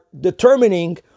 determining